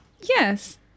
Yes